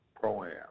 Pro-Am